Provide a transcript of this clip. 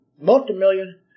multi-million